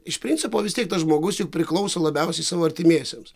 iš principo vis tiek tas žmogus juk priklauso labiausiai savo artimiesiems